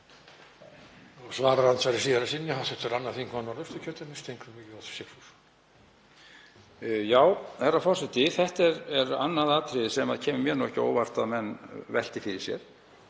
Herra forseti. Þetta er annað atriði sem kemur mér ekki á óvart að menn velti fyrir sér.